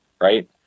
right